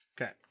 Okay